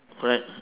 correct